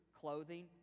clothing